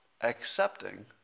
accepting